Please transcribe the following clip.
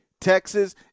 Texas